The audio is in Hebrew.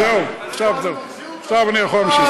זהו, עכשיו אני יכול להמשיך.